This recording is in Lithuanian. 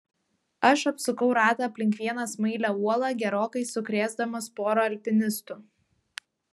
aš apsukau ratą aplink vieną smailią uolą gerokai sukrėsdamas porą alpinistų